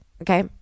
Okay